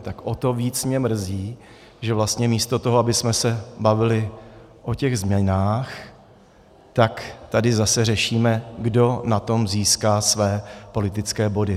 Tak o to víc mě mrzí, že vlastně místo toho, abychom se bavili o těch změnách, tak tady zase řešíme, kdo na tom získá své politické body.